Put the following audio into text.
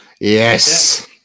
yes